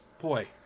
boy